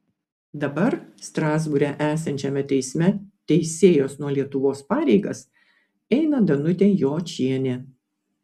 dabar strasbūre esančiame teisme teisėjos nuo lietuvos pareigas eina danutė jočienė